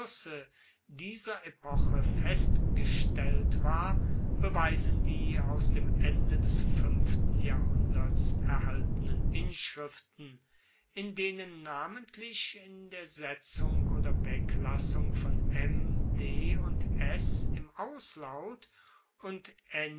dieser epoche festgestellt war beweisen die aus dem ende des fuenften jahrhunderts erhaltenen inschriften in denen namentlich in der setzung oder weglassung von m d und s im auslaut und